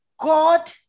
God